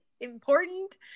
important